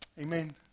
Amen